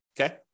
okay